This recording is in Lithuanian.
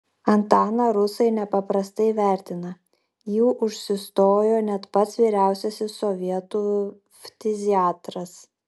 antaną rusai nepaprastai vertina jį užsistojo net pats vyriausiasis sovietų ftiziatras